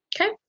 Okay